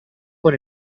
con